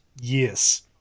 Yes